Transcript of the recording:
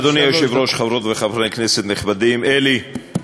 אדוני היושב-ראש, חברות וחברי כנסת נכבדים, אלי,